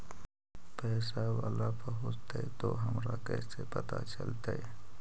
पैसा बाला पहूंचतै तौ हमरा कैसे पता चलतै?